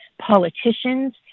politicians